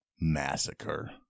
massacre